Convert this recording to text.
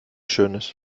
schönes